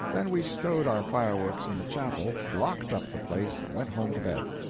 then we stowed our fireworks in the chapel, locked up the place, and went home to bed.